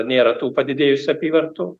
nėra tų padidėjusių apyvartų